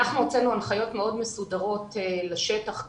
אנחנו הוצאנו הנחיות מאוד מסודרות לשטח.